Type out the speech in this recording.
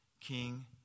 King